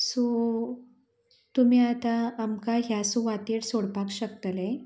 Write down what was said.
so तुमी आतां आमकां ह्या सुवातेर सोडपाक शकतले